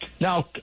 Now